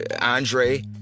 Andre